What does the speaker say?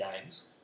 games